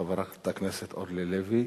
חברת הכנסת אורלי לוי.